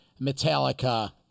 Metallica